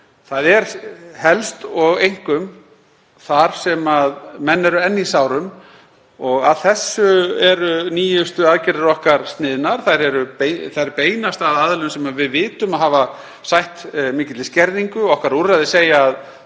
Það er helst og einkum þar sem menn eru enn í sárum og að þessu eru nýjustu aðgerðir okkar sniðnar. Þær beinast að aðilum sem við vitum að hafa sætt mikilli skerðingu. Okkar úrræði segja að